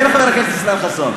כן, חבר הכנסת ישראל חסון.